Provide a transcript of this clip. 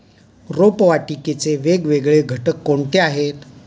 रोपवाटिकेचे वेगवेगळे घटक कोणते आहेत?